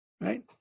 right